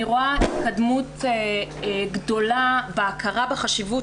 אני רואה התקדמות גדולה בהכרה בחשיבות